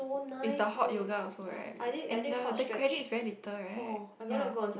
is the hot yoga also right and the the credit is also very little right ya